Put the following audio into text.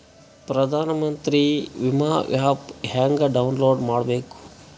ಪ್ರಧಾನಮಂತ್ರಿ ವಿಮಾ ಆ್ಯಪ್ ಹೆಂಗ ಡೌನ್ಲೋಡ್ ಮಾಡಬೇಕು?